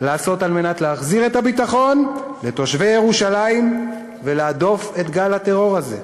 לעשות על מנת להחזיר את הביטחון לתושבי ירושלים ולהדוף את גל הטרור הזה.